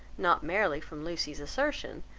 not merely from lucy's assertion,